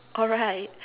alright